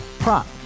Prop